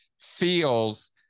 feels